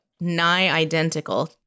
nigh-identical